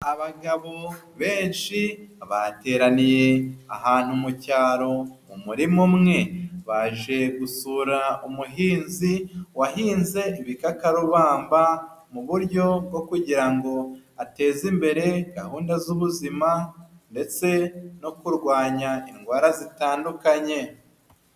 Abagabo benshi bateraniye ahantu mu cyaro mu murima umwe baje gusura umuhinzi wahinze ibikakarubamba mu buryo bwo kugira ngo ateze imbere gahunda z'ubuzima ndetse no kurwanya indwara zitandukanye.